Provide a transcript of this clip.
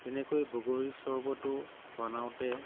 তেনেকৈ বগৰী চৰ্বতো বনাওঁতে